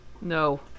No